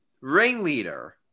ringleader